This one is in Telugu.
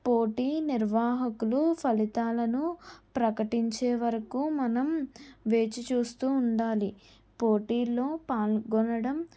పోటీ నిర్వాహకులు ఫలితాలను ప్రకటించే వరకు మనం వేచి చూస్తూ ఉండాలి పోటీలో పాల్గొనడం